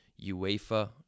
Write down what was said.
UEFA